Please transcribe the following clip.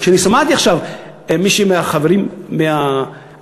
שמעתי עכשיו מישהי מהחברים אומרת: